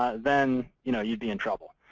ah then you know you'd be in trouble.